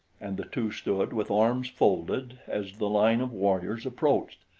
and the two stood with arms folded as the line of warriors approached.